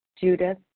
Judith